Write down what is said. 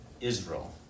Israel